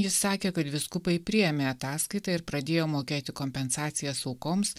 jis sakė kad vyskupai priėmė ataskaitą ir pradėjo mokėti kompensacijas aukoms